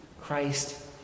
Christ